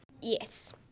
Yes